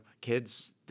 kids